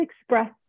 express